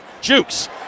Jukes